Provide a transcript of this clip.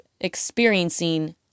experiencing